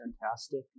fantastic